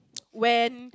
when